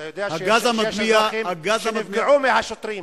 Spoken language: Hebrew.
אתה יודע שיש אזרחים שנפגעו מהשוטרים.